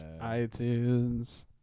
iTunes